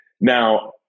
Now